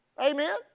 Amen